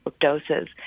doses